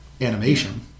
animation